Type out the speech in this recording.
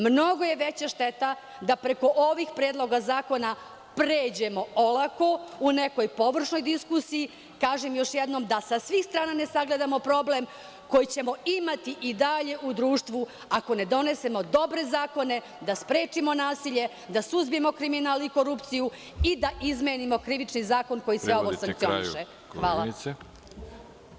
Mnogo je veća šteta da preko ovih predloga zakona pređemo olako u nekoj površnoj diskusiji, kažem još jednom da sa svih strana ne sagledamo problem koji ćemo imati i dalje u društvu ako ne donesemo dobre zakone, da sprečimo nasilje, da suzbijemo kriminal i korupciju i da izmenimo Krivični zakon koji se sve ovo sankcioniše.